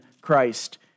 Christ